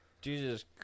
Jesus